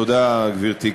תודה, גברתי.